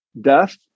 death